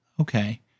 Okay